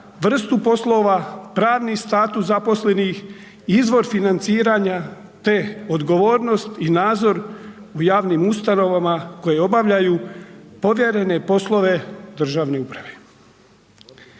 vrstu poslova, pravni status zaposlenih, izvor financiranja te odgovornost i nadzor u javnim ustanovama koje obavljaju povjerene poslove Državne uprave.